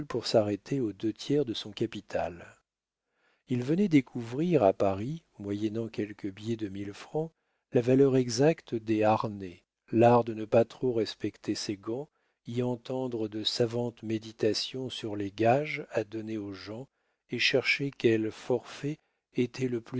pour s'arrêter aux deux tiers de son capital il venait découvrir à paris moyennant quelques billets de mille francs la valeur exacte des harnais l'art de ne pas trop respecter ses gants y entendre de savantes méditations sur les gages à donner aux gens et chercher quel forfait était le